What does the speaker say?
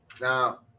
now